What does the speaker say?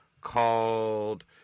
called